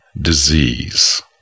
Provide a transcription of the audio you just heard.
disease